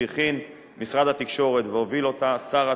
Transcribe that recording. שהכין משרד התקשורת והוביל שר התקשורת,